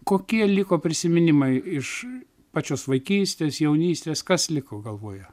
kokie liko prisiminimai iš pačios vaikystės jaunystės kas liko galvoje